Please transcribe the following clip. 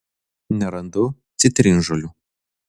nerandu citrinžolių